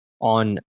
on